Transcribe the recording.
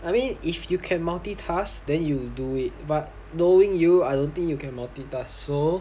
I mean if you can multitask then you do it but knowing you I don't think you can multitask so